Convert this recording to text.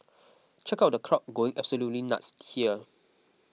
check out the crowd going absolutely nuts here